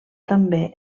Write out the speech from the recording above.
també